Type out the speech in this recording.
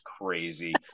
crazy